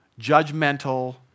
judgmental